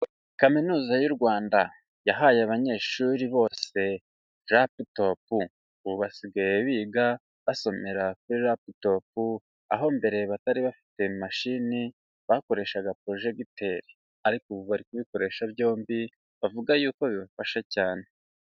Kaminuza y'u Rwanda yahaye abanyeshuri bose laptop, ubu basigaye biga basomera kuri laptop, aho mbere batari bafite mashini bakoreshaga porojegiteri ariko ubu bari kubikoresha byombi, bavuga yuko bibafasha cyane.